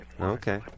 Okay